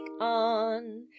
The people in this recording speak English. on